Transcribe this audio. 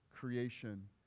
Creation